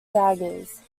daggers